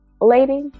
Lady